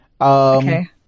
Okay